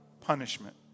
punishment